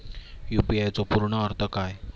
UPI चो पूर्ण अर्थ काय?